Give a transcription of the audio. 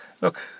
look